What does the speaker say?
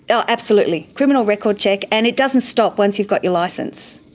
oh absolutely, criminal record check, and it doesn't stop once you've got your licence,